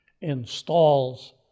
installs